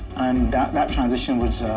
that that transition was